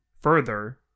further